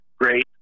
great